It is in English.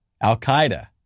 Al-Qaeda